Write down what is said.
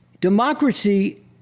democracy